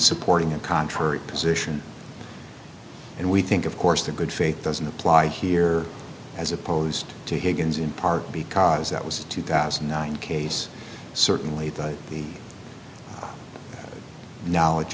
supporting a contrary position and we think of course the good faith doesn't apply here as opposed to higgins in part because that was a two thousand and nine case certainly that the knowledge